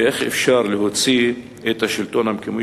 ואיך אפשר להוציא את השלטון המקומי,